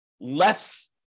less